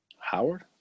howard